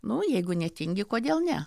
nu jeigu netingi kodėl ne